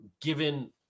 given